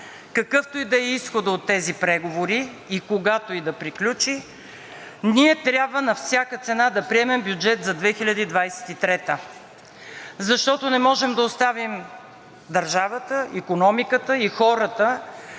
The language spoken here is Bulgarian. какъвто и да е изходът от тези преговори, когато и да приключи, ние трябва на всяка цена да приемем бюджет за 2023 г. Защото не можем да оставим държавата, икономиката и хората